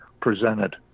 presented